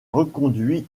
reconduit